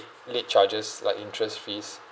late charges like interest fees